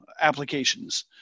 applications